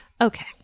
Okay